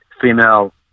Female